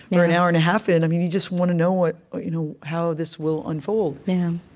and or an hour-and-a-half in. you just want to know what you know how this will unfold